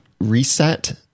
reset